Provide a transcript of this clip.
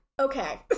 okay